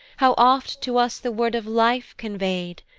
how oft to us the word of life convey'd!